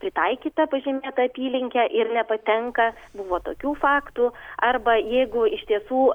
pritaikytą pažymėtą apylinkę ir nepatenka buvo tokių faktų arba jeigu iš tiesų